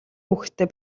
хүүхэдтэй